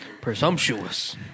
Presumptuous